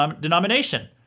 denomination